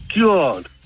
God